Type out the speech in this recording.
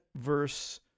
verse